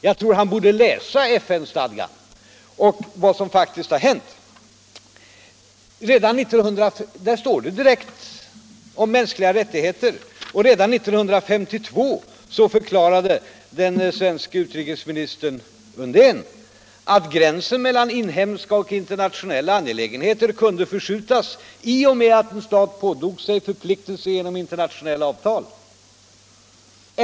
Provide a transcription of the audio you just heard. Jag tror att han borde läsa FN stadgan och ta reda på vad som faktiskt har hänt. Där står det om mänsk liga rättigheter, och redan 1952 förklarade den svenske utrikesministern Undén att gränsen mellan inhemska och internationella angelägenheter kunde förskjutas i och med att en stat påtog sig förpliktelser genom internationella avtal.